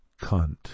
cunt